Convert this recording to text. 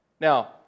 Now